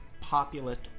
populist